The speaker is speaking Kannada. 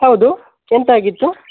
ಹೌದು ಎಂತ ಆಗಿತ್ತು